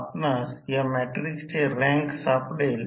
म्हणून साध्या भूमितीमधून हा कोन देखील ∅2 आहे